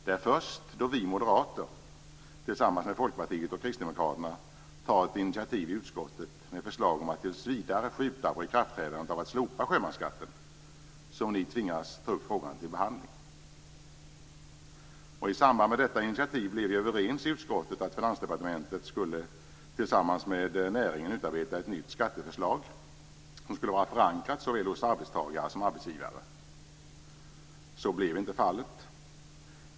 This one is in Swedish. Det är först då vi moderater tillsammans med Folkpartiet och Kristdemokraterna tar ett initiativ i utskottet med förslag om att tills vidare skjuta på ikraftträdandet av en slopad sjömansskatt som ni tvingas ta upp frågan till behandling. I samband med detta initiativ blev vi överens i utskottet att Finansdepartementet tillsammans med näringen skulle utarbeta ett nytt skatteförslag som skulle vara förankrat såväl hos arbetstagare som hos arbetsgivare. Så blev inte fallet.